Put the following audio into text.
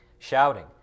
Shouting